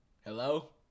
Hello